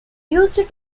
used